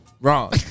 wrong